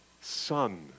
Son